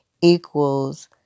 equals